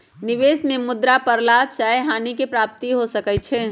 निवेश में मुद्रा पर लाभ चाहे हानि के प्राप्ति हो सकइ छै